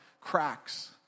cracks